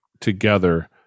together